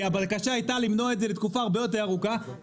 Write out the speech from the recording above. כי הבקשה הייתה למנוע את זה לתקופה הרבה יותר ארוכה,